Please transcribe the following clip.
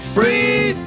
Free